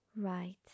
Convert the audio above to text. right